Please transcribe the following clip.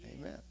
Amen